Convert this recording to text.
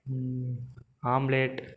omelet